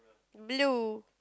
blue